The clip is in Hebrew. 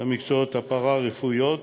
למקצועות הפארה-רפואיים.